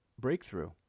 breakthrough